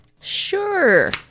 Sure